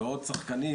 ועוד שחקנים